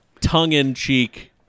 tongue-in-cheek